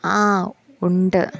ആ ഉണ്ട്